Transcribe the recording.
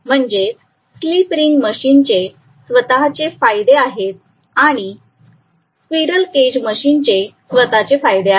म्हणजेच slip ring मशीनचे स्वतःचे फायदे आहेत आणि स्क्विरल केज मशीनचे स्वतःचे फायदे आहेत